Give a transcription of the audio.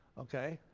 okay?